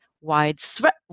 widespread